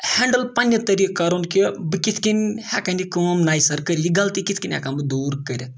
handle پںٛنہِ طٔریٖقہٕ کَرُن کہِ بہٕ کِتھ کٔنۍ ہیٚکَن یہِ کٲم نَیہِ سَر کٔرِتھ یہِ غلطی کِتھ کٔنۍ ہیٚکَن بہٕ دوٗر کٔرِتھ